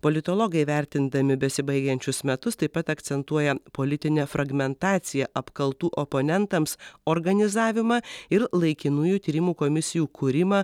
politologai vertindami besibaigiančius metus taip pat akcentuoja politinę fragmentaciją apkaltų oponentams organizavimą ir laikinųjų tyrimų komisijų kūrimą